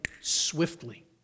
swiftly